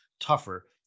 tougher